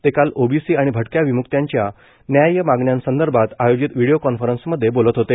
ते काल ओबीसी आणि भटक्या विम्क्तांच्या न्याय मागण्यांसंदर्भात आयोजित व्हिडिओ कॉन्फरन्समधे बोलत होते